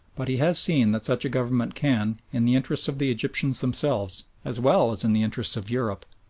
but he has seen that such a government can, in the interests of the egyptians themselves, as well as in the interests of europe,